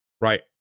Right